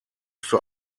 für